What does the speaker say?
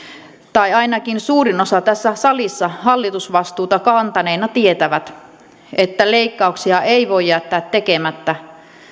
tai ainakin suurin osa tässä salissa hallitusvastuuta kantaneina tietävät että leikkauksia ei voi jättää tekemättä